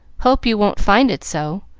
hope you won't find it so.